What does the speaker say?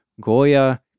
Goya